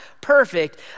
perfect